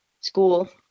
school